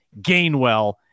Gainwell